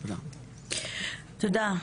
תודה.